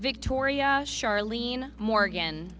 victoria charlene morgan